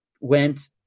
went